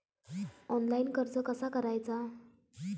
Online कर्ज कसा करायचा?